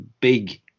big